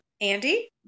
Andy